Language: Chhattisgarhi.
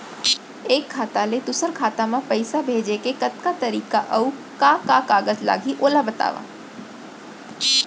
एक खाता ले दूसर खाता मा पइसा भेजे के कतका तरीका अऊ का का कागज लागही ओला बतावव?